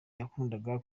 yakundaga